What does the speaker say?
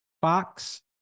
Fox